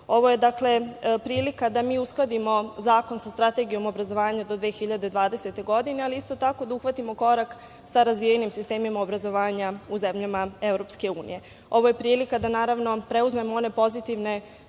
Ovo je dakle prilika da mi uskladimo zakon sa strategijom obrazovanja za 2020. godinu, ali isto tako da uhvatimo korak sa razvijenim sistemima obrazovanja u zemljama EU. Ovo je prilika da, naravno, preuzmemo one pozitivne